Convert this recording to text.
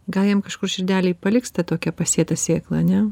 gal jam kažkur širdelėj paliks ta tokia pasėta sėkla ane